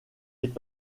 est